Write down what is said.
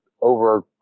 over